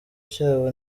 cyabo